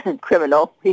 criminal